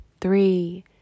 three